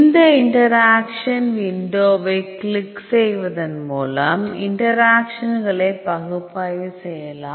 இந்த இன்டராக்சன் விண்டோவை கிளிக் செய்வதன் மூலம் இன்டராக்சன்களை பகுப்பாய்வு செய்யலாம்